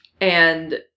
and-